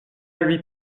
lui